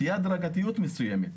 תהיה הדרגתיות מסוימת,